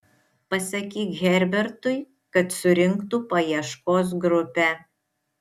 pasakyk herbertui kad surinktų paieškos grupę